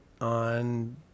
on